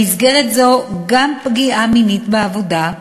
במסגרת זו, גם פגיעה מינית בעבודה,